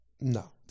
No